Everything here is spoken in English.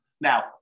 Now